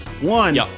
One